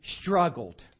struggled